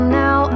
now